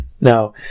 Now